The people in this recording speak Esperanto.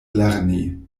lerni